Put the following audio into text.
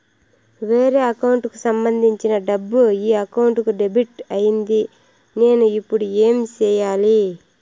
వేరే అకౌంట్ కు సంబంధించిన డబ్బు ఈ అకౌంట్ కు డెబిట్ అయింది నేను ఇప్పుడు ఏమి సేయాలి